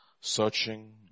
searching